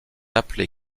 appelé